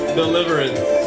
deliverance